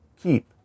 keep